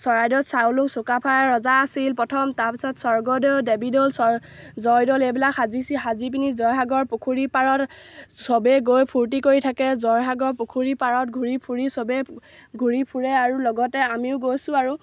চৰাইদেউ চাউলুং চুকাফাই ৰজা আছিল প্ৰথম তাৰপিছত স্বৰ্গদেউ দেৱীদৌল জয়দৌল এইবিলাক সাজিছিল সাজি পিনি জয়সাগৰ পুখুৰী পাৰত চবেই গৈ ফূৰ্তি কৰি থাকে জয়সাগৰ পুখুৰী পাৰত ঘূৰি ফুৰি চবেই ঘূৰি ফুৰে আৰু লগতে আমিও গৈছোঁ আৰু